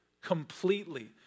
Completely